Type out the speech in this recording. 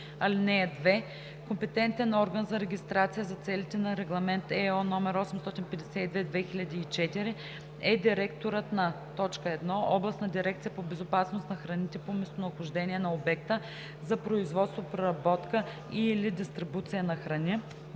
закона. (2) Компетентен орган за регистрация за целите на Регламент (ЕО) № 852/2004 е директорът на: 1. областната дирекция по безопасност на храните - по местонахождение на обекта за производство, преработка и/или дистрибуция на храни;